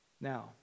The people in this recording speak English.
Now